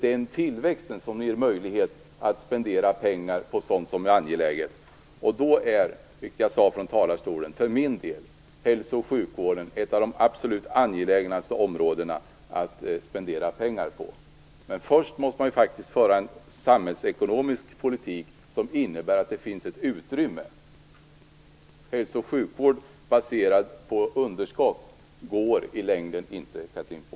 Den tillväxten ger möjlighet att spendera pengar på sådant som är angeläget. Jag för min del vill säga, som jag uttalade tidigare här i talarstolen, att hälso och sjukvården är ett av de absolut mest angelägna områdena att spendera pengar på. Men först måste man föra en samhällsekonomisk politik som innebär att det finns ett utrymme. Hälso och sjukvård baserad på underskott går i längden inte, Chatrine